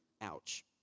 Ouch